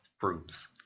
Brooms